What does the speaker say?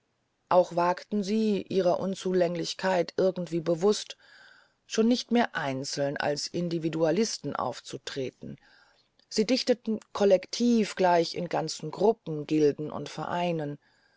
auch wagten sie ihrer unzulänglichkeit irgendwie bewußt schon nicht mehr einzeln als individualisten aufzutreten sie dichteten kollektiv gleich in ganzen gruppen gilden und vereinen